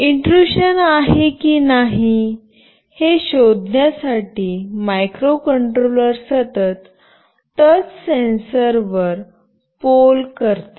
intrusion आहे की नाही हे शोधण्यासाठी माइक्रोकंट्रोलर सतत टच सेन्सर वर पोल करते